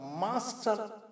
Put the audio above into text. master